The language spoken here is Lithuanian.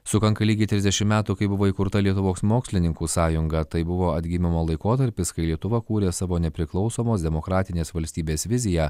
sukanka lygiai trisdešimt metų kai buvo įkurta lietuvos mokslininkų sąjunga tai buvo atgimimo laikotarpis kai lietuva kūrė savo nepriklausomos demokratinės valstybės viziją